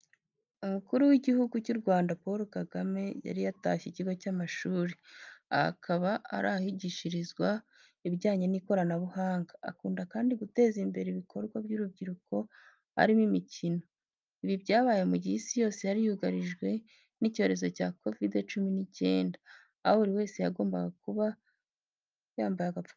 Umukuru w'igihugu cy'u Rwanda Paul Kagame, yari yatashye ikigo cy'amashuri. Aha akaba ari ahigishirizwa ibijyanye n'ikoranabuhanga. Akunda kandi guteza imbere ibikorwa by'urubyiruko harimo imikino. Ibi byabaye mu gihe isi yose yari yugarijwe n'icyorezo cya Covid cumi n'icyenda, aho buri wese yagombaga kwambara agapfukamunwa.